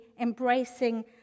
embracing